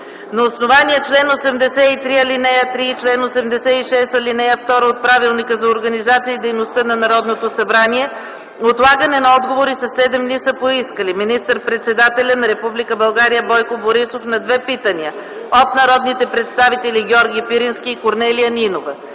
На основание чл. 83, ал. 3 и чл. 86, ал. 2 от Правилника за организацията и дейността на Народното събрание отлагане на отговори със 7 дни са поискали: - министър-председателят на Република България Бойко Борисов на две питания от народните представители Георги Пирински и Корнелия Нинова;